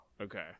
okay